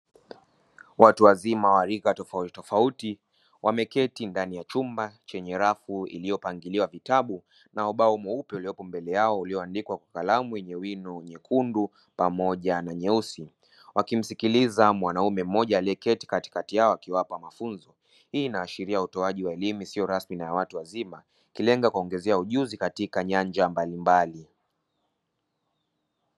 Watu wazima wa lika tofauti tofauti wameketi ndani ya chumba chenye rafu iliyopangiliwa vitabu na bao mweupe uliopo mbele yao ulioandikwa kwa kalamu yenye wino nyekundu pamoja na nyeusi, wakimsikiliza mwanaume mmoja aliyeketi katikati yao akiwapa mafunzo. Hii inaashiria utoaji wa elimu sio rasmi na ya watu wazima ikilenga kuongezea ujuzi katika nyanja mbalimbali.